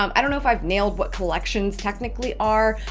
um i don't know if i've nailed what collections technically are,